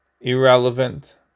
irrelevant